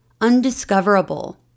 undiscoverable